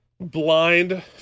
blind